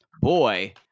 Boy